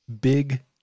Big